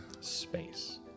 Space